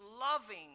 loving